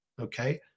okay